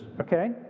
okay